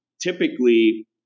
typically